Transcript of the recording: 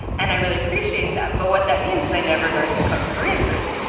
and i really appreciate that. but what that means is i never learned to cook korean food.